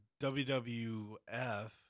WWF